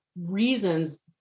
reasons